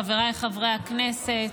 חבריי חברי הכנסת,